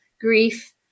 grief